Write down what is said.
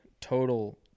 total